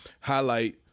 highlight